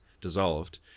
dissolved